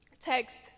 text